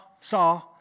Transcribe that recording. saw